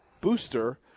booster